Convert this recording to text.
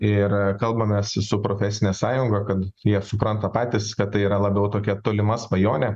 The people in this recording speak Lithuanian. ir kalbamės su profesine sąjunga kad jie supranta patys kad tai yra labiau tokia tolima svajonė